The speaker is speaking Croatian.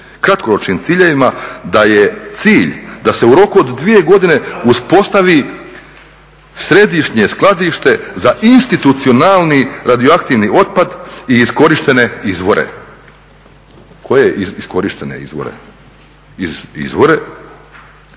kratkoročnim ciljevima da je cilj da se u roku od 2 godine uspostavi središnje skladište za institucionalni radioaktivni otpad i iskorištene izvore. Koje iskorištene izvore? Izvore